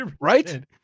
Right